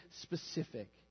specific